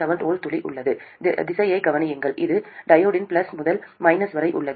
7 V துளி உள்ளது திசையைக் கவனியுங்கள் இது டையோடின் பிளஸ் முதல் மைனஸ் வரை உள்ளது